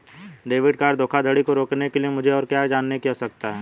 Debit card धोखाधड़ी को रोकने के लिए मुझे और क्या जानने की आवश्यकता है?